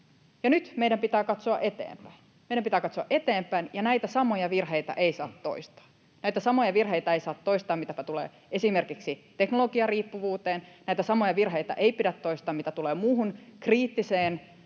Meidän pitää katsoa eteenpäin, ja näitä samoja virheitä ei saa toistaa. Näitä samoja virheitä ei saa toistaa, mitä tulee esimerkiksi teknologiariippuvuuteen. Näitä samoja virheitä ei pidä toistaa, mitä tulee muuhun kriittiseen